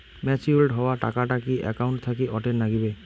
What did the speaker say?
Matured হওয়া টাকাটা কি একাউন্ট থাকি অটের নাগিবে?